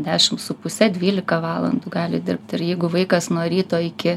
dešimt su puse dvylika valandų gali dirbti ir jeigu vaikas nuo ryto iki